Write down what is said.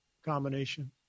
combination